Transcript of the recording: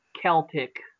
Celtic